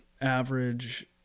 average